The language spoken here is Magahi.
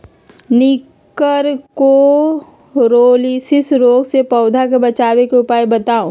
निककरोलीसिस रोग से पौधा के बचाव के उपाय बताऊ?